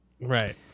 right